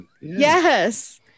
Yes